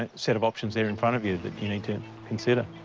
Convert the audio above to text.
and set of options there in front of you that you need to consider.